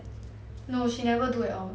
no she never do at all